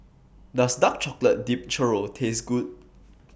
Does Dark Chocolate Dipped Churro Taste Good